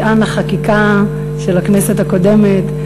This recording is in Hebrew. שיאן החקיקה של הכנסת הקודמת,